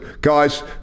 guys